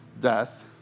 death